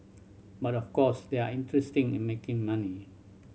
but of course they are interesting in making money